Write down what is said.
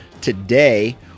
today